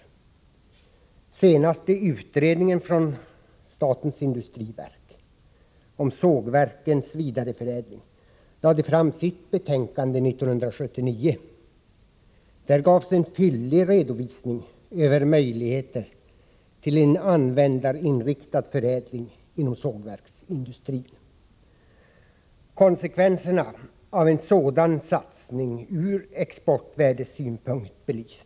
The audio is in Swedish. Den senaste utredningen från statens industriverk om sågverkens vidareförädling lade fram sitt betänkande 1979. Där gavs en fyllig redovisning av möjligheterna till en användarinriktad förädling inom sågverksindustrin. Konsekvenserna av en sådan satsning ur exportvärdesynpunkt belystes.